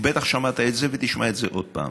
ובטח שמעת את זה ותשמע את זה עוד פעם,